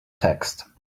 text